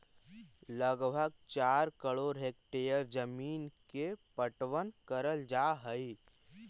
लगभग चार करोड़ हेक्टेयर जमींन के पटवन करल जा हई